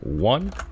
One